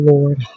Lord